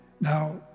Now